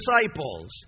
disciples